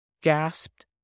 gasped